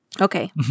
Okay